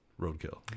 roadkill